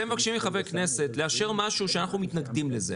אתם מבקשים מחברי כנסת לאשר משהו שאנחנו מתנגדים לו.